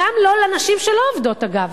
גם לא לנשים שלא עובדות, אגב.